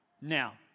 Now